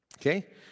Okay